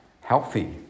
healthy